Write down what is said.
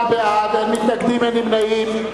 21 בעד, אין מתנגדים, אין נמנעים.